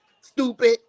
Stupid